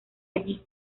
allí